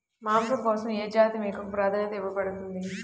మాంసం కోసం ఏ జాతి మేకకు ప్రాధాన్యత ఇవ్వబడుతుంది?